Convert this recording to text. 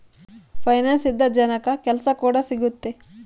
finance ಇಂದ ಜನಕ್ಕಾ ಕೆಲ್ಸ ಕೂಡ ಸಿಗುತ್ತೆ